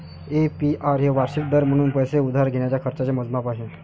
APR हे वार्षिक दर म्हणून पैसे उधार घेण्याच्या खर्चाचे मोजमाप आहे